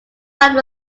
out